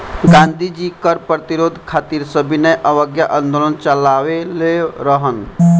गांधी जी कर प्रतिरोध खातिर सविनय अवज्ञा आन्दोलन चालवले रहलन